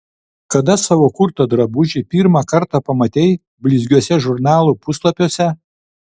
kada savo kurtą drabužį pirmą kartą pamatei blizgiuose žurnalų puslapiuose